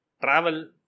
travel